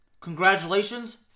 congratulations